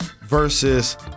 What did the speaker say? versus